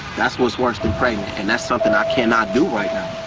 that's what's worse than pregnant and that's something i can not do right now